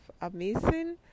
amazing